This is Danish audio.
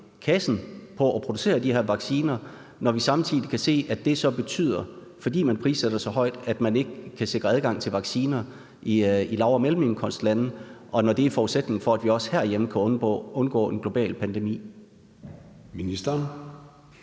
kassen på at producere de her vacciner, når vi samtidig kan se, at det så betyder, altså fordi man prissætter det så højt, at man ikke kan sikre adgang til vacciner i lav- og mellemindkomstlande, og når det er en forudsætning for, at vi også herhjemme kan undgå en global pandemi. Kl.